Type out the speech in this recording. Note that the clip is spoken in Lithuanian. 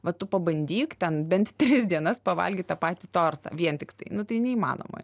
va tu pabandyk ten bent tris dienas pavalgyt tą patį tortą vien tiktai nu tai neįmanoma